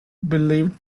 believed